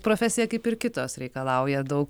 profesija kaip ir kitos reikalauja daug